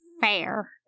Fair